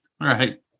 right